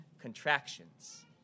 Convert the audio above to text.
contractions